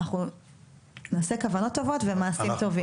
אנחנו נעשה כוונות טובות ומעשים טובים.